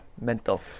Mental